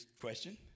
question